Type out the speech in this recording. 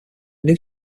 new